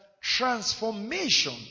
transformation